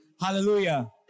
Hallelujah